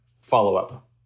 follow-up